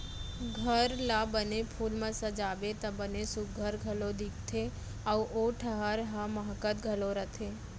घर ला बने फूल म सजाबे त बने सुग्घर घलौ दिखथे अउ ओ ठहर ह माहकत घलौ रथे